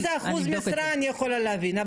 אם זה אחוז משרה אני יכולה להבין,